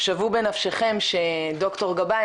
שוו בנפשכם שד"ר גבאי,